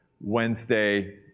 Wednesday